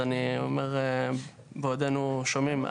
אז אני אומר בעודנו יושבים.